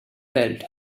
belt